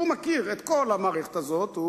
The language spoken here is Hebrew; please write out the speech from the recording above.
שמכיר את כל המערכת הזאת,